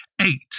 Eight